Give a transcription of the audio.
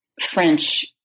French